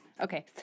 Okay